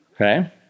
Okay